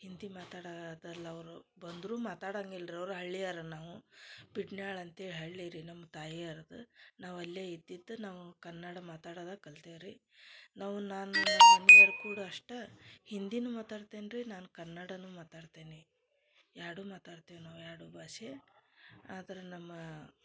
ಹಿಂದಿ ಮಾತಾಡದಲ್ಲ ಅವರು ಬಂದರೂ ಮಾತಾಡಂಗಿಲ್ರಿ ಅವರು ಹಳ್ಳಿಯರ ನಾವು ಬಿಟ್ನ್ಯಾಳ ಅಂತೇಳಿ ಹಳ್ಳಿ ರೀ ನಮ್ಮ ತಾಯಿಯರ್ದ ನಾವು ಅಲ್ಲೆ ಇದ್ದಿದ್ದ ನಾವು ಕನ್ನಡ ಮಾತಾಡದ ಕಲ್ತೇವಿ ರೀ ನಾವು ನಾನು ಮನಿಯವರು ಕೂಡ ಅಷ್ಟ ಹಿಂದಿನು ಮಾತಾಡ್ತೆನೆ ರೀ ನಾನು ಕನ್ನಡನು ಮಾತಾಡ್ತೇನೆ ಎರಡು ಮಾತಾಡ್ತೇವಿ ನಾವು ಎರಡು ಭಾಷೆ ಆದ್ರ ನಮ್ಮ